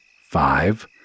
Five